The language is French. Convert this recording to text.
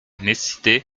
nécessité